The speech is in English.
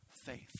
faith